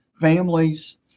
families